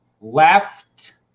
left